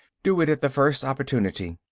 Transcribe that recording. do it at the first opportunity.